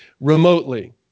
remotely